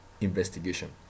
investigation